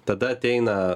tada ateina